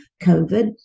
COVID